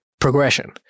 progression